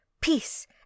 peace